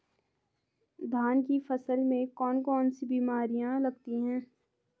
धान की फसल में कौन कौन सी बीमारियां लगती हैं?